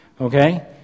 okay